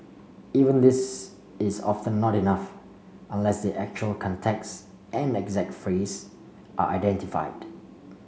even this is often not enough unless the actual context and exact phrase are identified